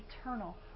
eternal